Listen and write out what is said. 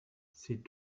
c’est